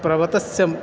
पर्वतस्य